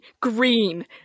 green